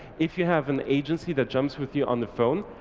if you have an agency that jumps with you on the phone,